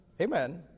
Amen